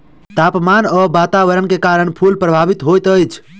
तापमान आ वातावरण के कारण फूल प्रभावित होइत अछि